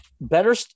better